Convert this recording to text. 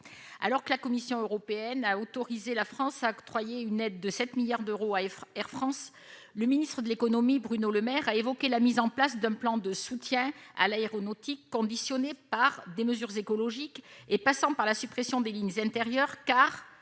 alors que la Commission européenne a autorisé la France à octroyer une aide de 7 milliards d'euros à Air France, le ministre de l'économie et des finances, Bruno Le Maire, a évoqué la mise en place d'un plan de soutien à l'aéronautique, conditionné par des mesures écologiques et impliquant la suppression de lignes intérieures.